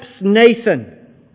Nathan